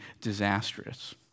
disastrous